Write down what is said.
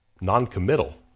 noncommittal